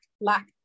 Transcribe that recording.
lack